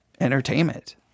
entertainment